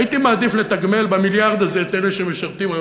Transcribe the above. הייתי מעדיף לתגמל במיליארד הזה את אלה שמשרתים היום,